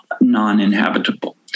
non-inhabitable